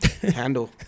handle